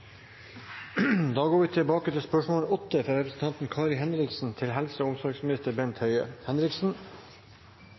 Da går vi tilbake til spørsmål 20, som er fra representanten Ingrid Heggø til